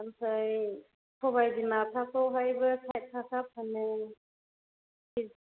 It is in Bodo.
ओमफ्राय सबाय बिमाफ्राखौहायबो साइद थाखा फानो किजि